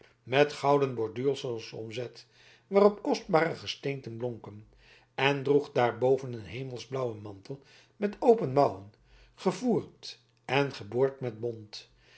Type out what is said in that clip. met gouden boordsels omzet waarop kostbare gesteenten blonken en droeg daarboven een hemelsblauwen mantel met open mouwen gevoerd en geboord met bont